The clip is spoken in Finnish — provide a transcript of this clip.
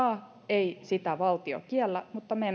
ei sitä valtio kiellä mutta me emme